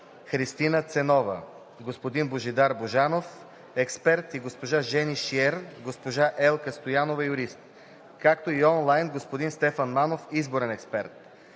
Христина Ценова, господин Божидар Божанов – експерт, госпожа Жени Шиер, госпожа Елка Стоянова – юрист, както и онлайн господин Стефан Манов – изборен експерт.